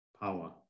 power